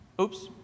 Oops